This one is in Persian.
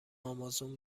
آمازون